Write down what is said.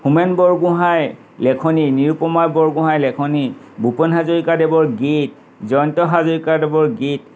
হোমেন বৰগোহাঞিৰ লেখনি নিৰুপমা বৰগোহাঞিৰ লেখনি ভূপেন হাজৰিকাদেৱৰ গীত জয়ন্ত হাজৰিকাদেৱৰ গীত